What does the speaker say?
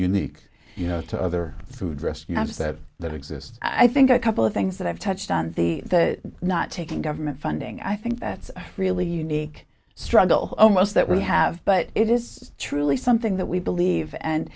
unique you know to other food restaurants that that exists i think a couple of things that i've touched on the not taking government funding i think that's a really unique struggle almost that we have but it is truly something that we believe and